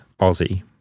Aussie